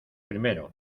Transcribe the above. primero